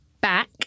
back